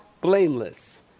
blameless